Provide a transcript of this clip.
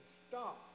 stop